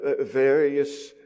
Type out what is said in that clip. various